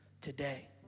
today